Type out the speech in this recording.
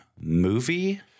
movie